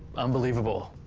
unbelievable.